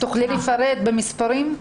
תוכלי לפרט במספרים?